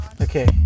Okay